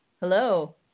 Hello